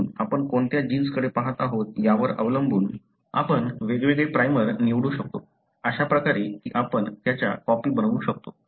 म्हणून आपण कोणत्या जीन्सकडे पहात आहोत यावर अवलंबून आपण वेग वेगळे प्राइमर निवडू शकतो अशा प्रकारे की आपण त्याच्या कॉपी बनवू शकतो